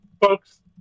Folks